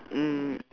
um